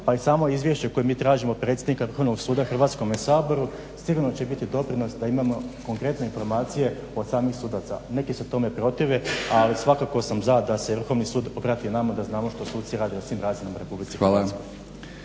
pa i samo izvješće koje mi tražimo od predsjednika Vrhovnog suda Hrvatskom saboru sigurno će biti doprinos da imamo konkretne informacije od samih sudaca. Neki se tome protive, ali svakako sam za da se Vrhovni sud obrati nama da znamo što suci rade u svim razinama Republike Hrvatske.